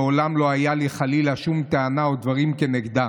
מעולם לא הייתה לי חלילה שום טענה או דברים כנגדה.